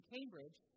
Cambridge